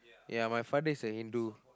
ya my father is a Hindu